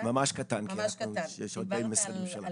ממש קטן, כי יש עוד משרדים שמחכים לדבר.